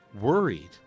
worried